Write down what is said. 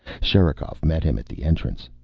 sherikov met him at the entrance.